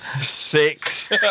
six